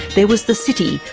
there was the city,